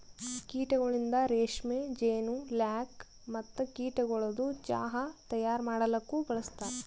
ಕೀಟಗೊಳಿಂದ್ ರೇಷ್ಮೆ, ಜೇನು, ಲ್ಯಾಕ್ ಮತ್ತ ಕೀಟಗೊಳದು ಚಾಹ್ ತೈಯಾರ್ ಮಾಡಲೂಕ್ ಬಳಸ್ತಾರ್